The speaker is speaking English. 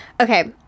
Okay